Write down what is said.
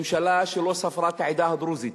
ממשלה שלא ספרה את העדה הדרוזית.